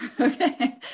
okay